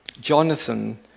Jonathan